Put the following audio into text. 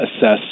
assess